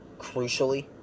crucially